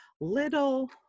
little